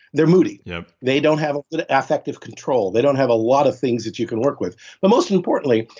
they're moody yep they don't have affective control. they don't have a lot of things that you can work with but most importantly,